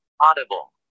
Audible